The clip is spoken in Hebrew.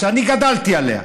שאני גדלתי עליה.